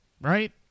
Right